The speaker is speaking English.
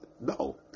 No